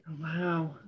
wow